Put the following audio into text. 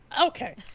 Okay